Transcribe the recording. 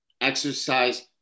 exercise